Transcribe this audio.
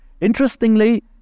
Interestingly